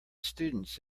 students